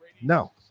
No